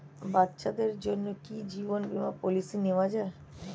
বাচ্চাদের জন্য কি জীবন বীমা পলিসি নেওয়া যায়?